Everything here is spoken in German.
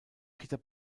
peter